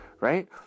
right